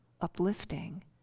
uplifting